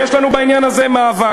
ויש לנו בעניין הזה מאבק,